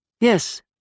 Yes